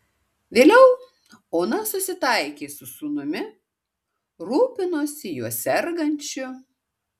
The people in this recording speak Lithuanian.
vėliau ona susitaikė su sūnumi rūpinosi juo sergančiu